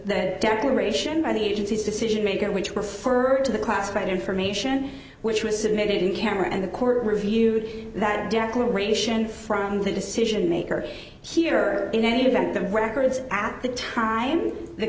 the declaration by the agency's decision making which were for to the classified information which was submitted in camera and the court review that declaration from the decision maker here in any event the records at the time the